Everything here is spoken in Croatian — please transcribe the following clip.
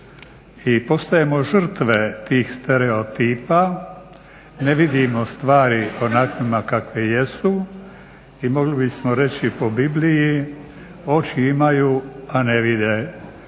I postajemo žrtve tih stereotipa, ne vidimo stvari onakvima kakve jesu i mogli bismo reći po Bibliji oči imaju a ne vide,